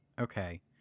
Okay